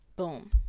Boom